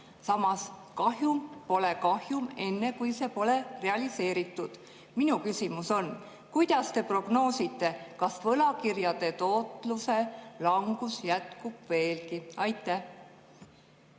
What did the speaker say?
Samas kahjum pole kahjum enne, kui see pole realiseeritud. Minu küsimus on: mida te prognoosite, kas võlakirjade tootluse langus jätkub veelgi? Aitäh,